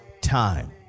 time